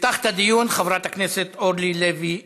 תפתח את הדיון חברת הכנסת אורלי לוי אבקסיס.